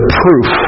proof